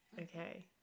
Okay